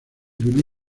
believe